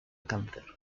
cáncer